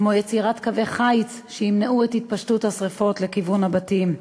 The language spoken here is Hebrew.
כמו יצירת קווי חיץ שימנעו את התפשטות השרפות לכיוון הבתים.